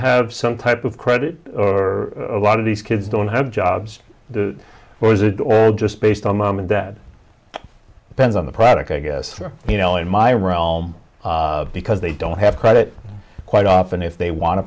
have some type of credit or a lot of these kids don't have jobs or is it just based on mom and dad pens on the product i guess for you know in my realm because they don't have credit quite often if they want a